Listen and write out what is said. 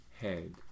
head